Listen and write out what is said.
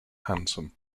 handsome